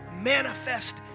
manifest